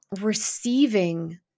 receiving